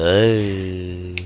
a